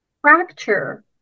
fracture